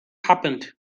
happened